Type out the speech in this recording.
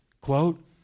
quote